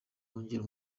bongera